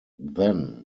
then